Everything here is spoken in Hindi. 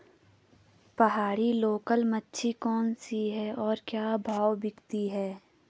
पहाड़ी लोकल मछली कौन सी है और क्या भाव बिकती है?